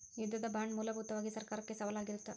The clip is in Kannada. ಯುದ್ಧದ ಬಾಂಡ್ ಮೂಲಭೂತವಾಗಿ ಸರ್ಕಾರಕ್ಕೆ ಸಾಲವಾಗಿರತ್ತ